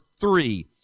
three